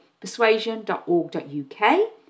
persuasion.org.uk